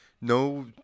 No